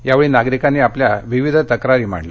यावेळी नागरिकांनी आपल्या विविध तक्रारी मांडल्या